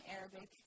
Arabic